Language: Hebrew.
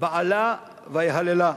בעלה ויהללה,